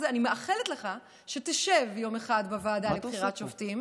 אני מאחלת לך שתשב יום אחד בוועדה לבחירת שופטים